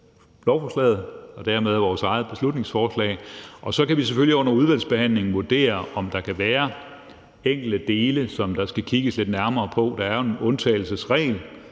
lovforslaget og dermed vores eget beslutningsforslag. Og så kan vi selvfølgelig under udvalgsbehandlingen vurdere, om der kan være enkelte dele, der skal kigges lidt nærmere på. Der er jo en undtagelsesregel.